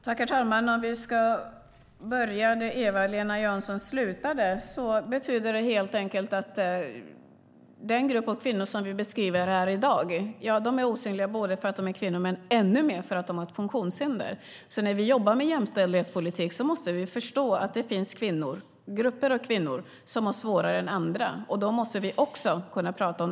Herr talman! Vi kan börja där Eva-Lena Jansson slutade. Detta betyder helt enkelt att den grupp av kvinnor som vi beskriver här i dag är osynliga för att de är kvinnor men ännu mer för att de har ett funktionshinder. När vi jobbar med jämställdhetspolitik måste vi förstå att det finns grupper av kvinnor som har det svårare än andra. Det måste vi också kunna prata om.